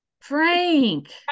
Frank